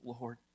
Lord